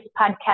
podcast